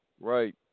Right